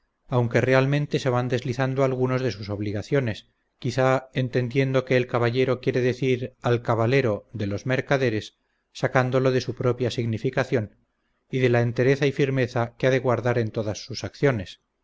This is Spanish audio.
aunque realmente se van deslizando algunos de sus obligaciones quizá entendiendo que el caballero quiere decir alcabalero de los mercaderes sacándolo de su propia significación y de la entereza y firmeza que ha de guardar en todas sus acciones